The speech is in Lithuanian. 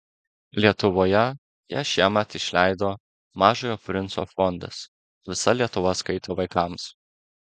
lietuvoje ją šiemet išleido mažojo princo fondas visa lietuva skaito vaikams